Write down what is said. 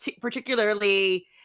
particularly